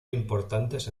importantes